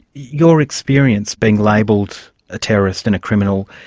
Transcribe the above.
your experienced, being labelled a terrorist and a criminal,